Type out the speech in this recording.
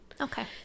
Okay